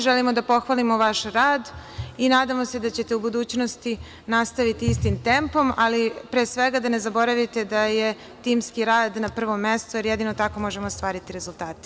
Želimo da pohvalimo vaš rad i nadamo se da ćete u budućnosti nastaviti istim tempom, ali pre svega da ne zaboravite da je timski rad na prvom mestu, jer jedino tako možemo stvoriti rezultate.